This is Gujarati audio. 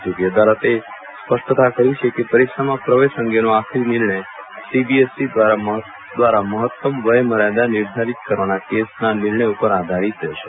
જો કે અદાલતે સ્પષ્ટતા કરી છે કે પરીક્ષામાં પ્રવેશ અંગેનો આખરી નિર્જ્ર્યય સીબીએસઇ દ્વારા મહત્તમ વયમર્યાદા નિર્ધારિત કરવાના કેસના નિર્ણય ઉપર આધારિત રહેશે